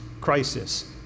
crisis